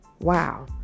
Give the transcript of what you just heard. wow